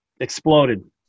exploded